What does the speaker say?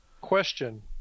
Question